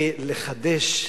כדי לחדש,